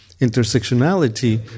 intersectionality